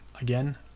Again